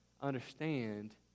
understand